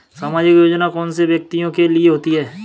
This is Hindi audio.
सामाजिक योजना कौन से व्यक्तियों के लिए होती है?